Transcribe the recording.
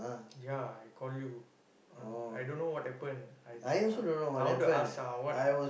ya I call you I don't know what happen I ah I want to ask ah what